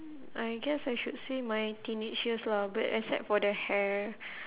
I guess I should say my teenage years lah but except for the hair